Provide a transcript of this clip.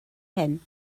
hŷn